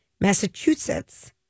Massachusetts